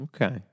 Okay